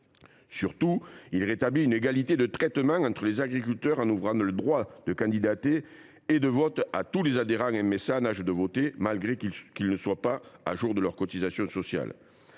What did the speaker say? Surtout, ce texte rétablit une égalité de traitement entre les agriculteurs en ouvrant le droit de candidater et de voter à tous les adhérents à la MSA en âge de voter, même s’ils ne sont pas à jour de leurs cotisations sociales.